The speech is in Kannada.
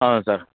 ಹಾಂ ಸರ್